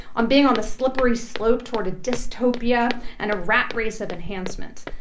on being on the slippery slope toward a dystopia and a rat race of enhancements.